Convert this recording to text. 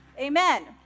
Amen